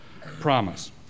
promise